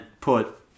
put